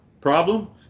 Problem